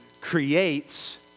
creates